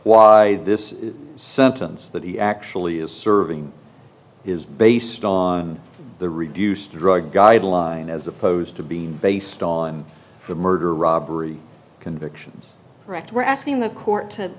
why this sentence that he actually is serving is based on the reduced drug guideline as opposed to being based on the murder robbery convictions correct we're asking the court to